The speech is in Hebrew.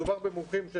מדובר במומחים,